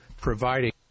providing